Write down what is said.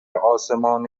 آسمان